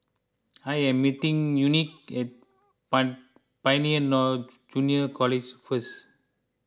I am meeting Unique at Pioneer now Junior College first